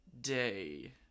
day